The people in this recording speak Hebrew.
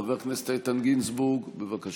חבר הכנסת איתן גינזבורג, בבקשה.